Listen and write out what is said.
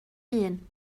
hun